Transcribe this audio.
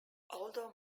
although